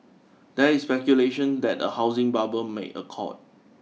there is speculation that a housing bubble may occur